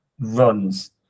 runs